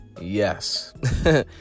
yes